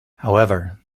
however